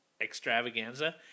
extravaganza